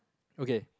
okay